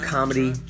Comedy